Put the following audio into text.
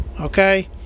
Okay